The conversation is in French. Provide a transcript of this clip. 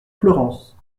fleurance